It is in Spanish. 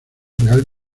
real